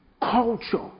Culture